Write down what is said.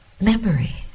memory